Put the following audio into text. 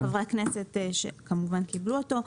חברי הכנסת כמובן קיבלו אותו.